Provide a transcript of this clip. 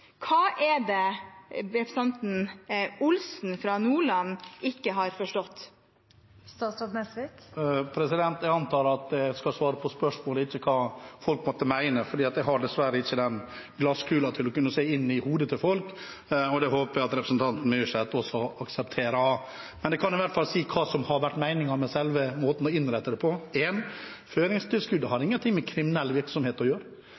Hva er det representanten Olsen fra Nordland ikke har forstått? Jeg antar at jeg skal svare på spørsmål og ikke hva folk måtte mene, for jeg har dessverre ikke en glasskule som gjør at jeg kan se inn i hodet til folk. Det håper jeg at representanten Myrseth også aksepterer. Men jeg kan i hvert fall si hva som har vært meningen med selve måten å innrette det på: Føringstilskuddet har ingenting med kriminell virksomhet å gjøre